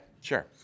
sure